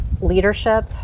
leadership